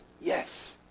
Yes